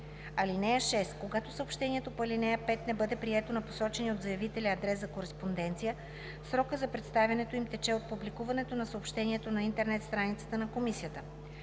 (6) Когато съобщението по ал. 5 не бъде прието на посочения от заявителя адрес за кореспонденция, срокът за представянето им тече от публикуването на съобщението на интернет страницата на комисията.